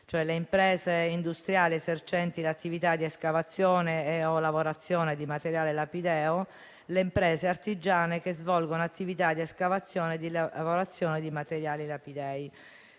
le imprese industriali esercenti l'attività di escavazione e/o lavorazione di materiale lapideo; le imprese artigiane che svolgono attività di escavazione di lavorazione di materiali lapidei.